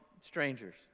strangers